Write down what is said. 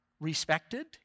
Respected